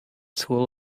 school